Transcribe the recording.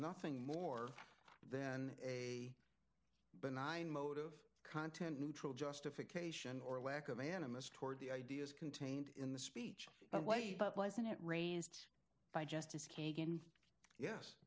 nothing more than a benign motive content neutral justification or lack of animist toward the ideas contained in the speech away but wasn't raised by justice